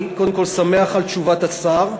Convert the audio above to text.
שמח על תשובת השר,